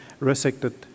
resected